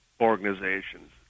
organizations